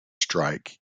strike